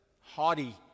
haughty